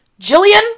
jillian